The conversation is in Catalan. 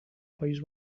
país